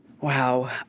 Wow